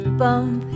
bump